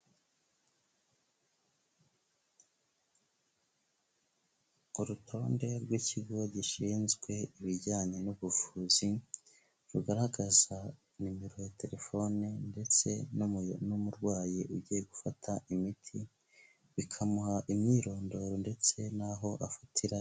Ku rutonde rw'ikigo gishinzwe ibijyanye n'ubuvuzi, rugaragaza nimero ya telefone ndetse n'umurwayi ugiye gufata imiti, bakamuha imyirondoro ndetse n'aho afatira.